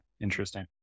interesting